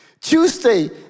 Tuesday